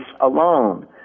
alone